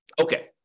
Okay